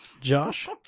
Josh